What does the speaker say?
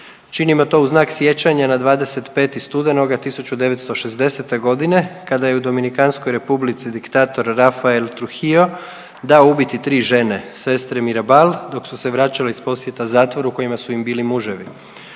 Činimo to u znak sjećanja na 25. studenoga 1960. g. kada je u Dominikanskoj Republici diktator Rafael Trujillo dao ubiti tri žene, sestre Mirabal dok su se vraćale iz posjeta zatvoru u kojima su im bili muževi.